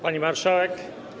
Pani Marszałek!